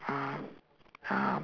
uh uh